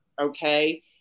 okay